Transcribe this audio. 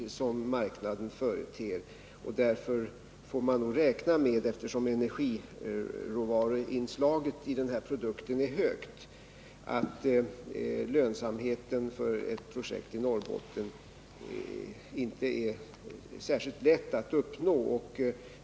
Eftersom energiråvaruinslaget i den här produkten är högt får man nog räkna med att det inte är särskilt lätt att uppnå lönsamhet för ett projekt i Norrbotten.